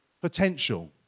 potential